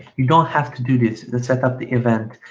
you don't have to do this. let's set up the event.